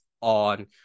on